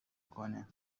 کنه